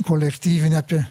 kolektyvinę apie